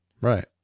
Right